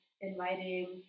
inviting